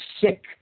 sick